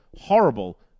horrible